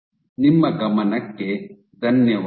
ನಿಮ್ಮ ಗಮನಕ್ಕೆ ಧನ್ಯವಾದಗಳು